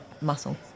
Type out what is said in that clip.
muscle